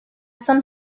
some